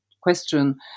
question